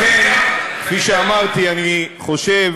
לכן, כפי שאמרתי, אני חושב